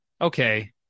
okay